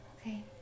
Okay